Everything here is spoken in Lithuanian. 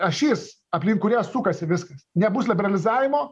ašis aplink kurią sukasi viskas nebus liberalizavimo